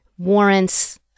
warrants